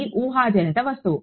ఇది ఊహాజనిత వస్తువు